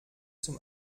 zum